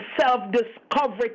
self-discovery